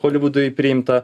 holivudui priimta